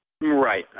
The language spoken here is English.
right